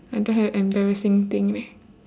I don't have embarrassing thing leh